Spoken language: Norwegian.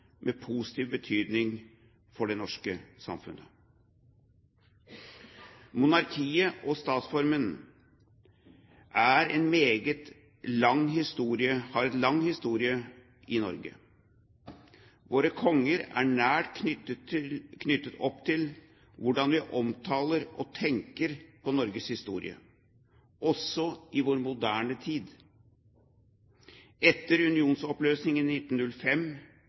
med positiv betydning for det norske samfunnet. Monarkiet som statsform har en meget lang historie i Norge. Våre konger er nært knyttet opp til hvordan vi omtaler og tenker på Norges historie – også i moderne tid. Etter unionsoppløsningen i 1905